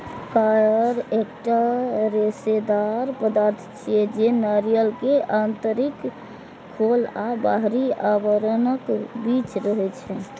coir एकटा रेशेदार पदार्थ छियै, जे नारियल के आंतरिक खोल आ बाहरी आवरणक बीच रहै छै